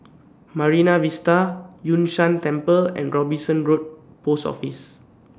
Marine Vista Yun Shan Temple and Robinson Road Post Office